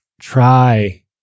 try